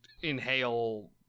inhale